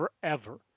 forever